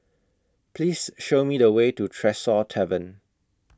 Please Show Me The Way to Tresor Tavern